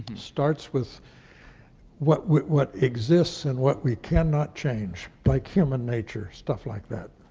starts with what with what exists and what we cannot change, like human nature, stuff like that.